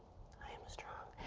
i am strong.